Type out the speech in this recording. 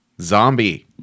zombie